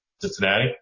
Cincinnati